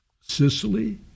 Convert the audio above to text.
Sicily